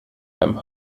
beim